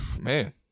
man